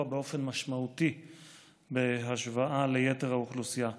באופן משמעותי בהשוואה ליתר האוכלוסייה: